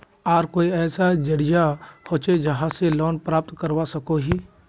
आर कोई ऐसा जरिया होचे जहा से लोन प्राप्त करवा सकोहो ही?